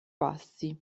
passi